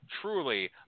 truly